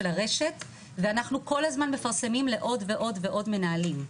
הרשת ואנחנו כל הזמן מפרסמים לעוד ועוד מנהלים.